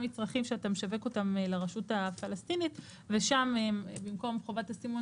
מצרכים שאתה משווק אותם לרשות הפלסטינית ושם במקום חובת הסימון